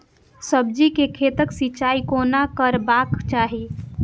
सब्जी के खेतक सिंचाई कोना करबाक चाहि?